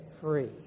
free